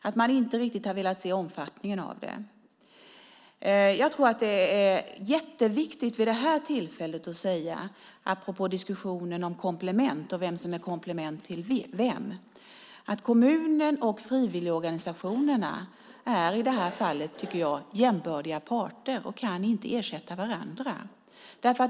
Man har inte riktigt velat se omfattningen av det. Jag tror att det är jätteviktigt att vid det här tillfället, apropå diskussionen om komplement och vem som är komplement till vem, säga att kommunerna och frivilligorganisationerna är jämbördiga parter i det här fallet. De kan inte ersätta varandra.